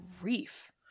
grief